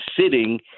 sitting